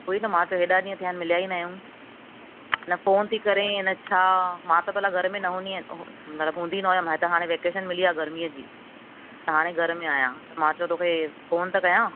उहो ई न मां चयो हेॾा ॾींहं थिया आहिनि मिलिया ई न आहियूं न फ़ोन थी करी न छा मां त भला घर में न हूंदी आहियां मतलबु हूंदी न हुअमि हीअ त हाणे वैकेशन मिली आहे गरमीअ जी त हाणे घर में आहियां त मां चयो तोखे फ़ोन त कयां